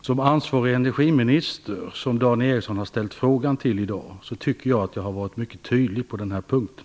Herr talman! Som ansvarig energiminister, som Dan Ericsson har ställt frågan till i dag, tycker jag att jag har varit mycket tydlig på den här punkten.